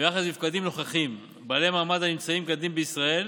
ביחס לנפקדים-נוכחים בעלי מעמד הנמצאים כדין בישראל.